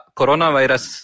coronavirus